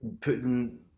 putting